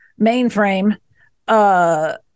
mainframe